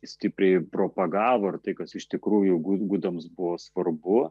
stipriai propagavo ir tai kas iš tikrųjų gu gudams buvo svarbu